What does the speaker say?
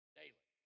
daily